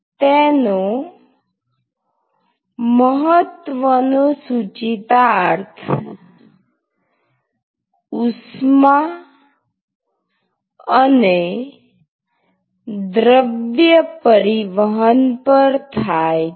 તેનો મહત્વનો સૂચિતાર્થ ઉષ્મા અને દ્રવ્ય પરિવહન પર થાય છે